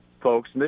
folks